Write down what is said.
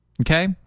Okay